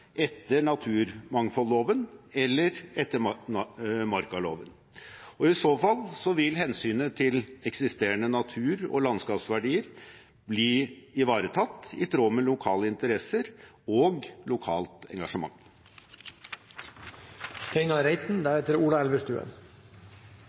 etter naturmangfoldloven eller etter markaloven. I så fall vil hensynet til eksisterende natur- og landskapsverdier bli ivaretatt, i tråd med lokale interesser og lokalt engasjement.